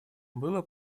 было